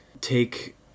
take